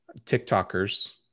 TikTokers